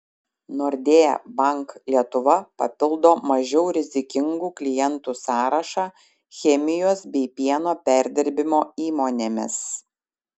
nordea bank lietuva papildo mažiau rizikingų klientų sąrašą chemijos bei pieno perdirbimo įmonėmis